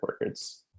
words